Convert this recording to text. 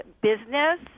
business